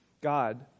God